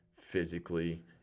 physically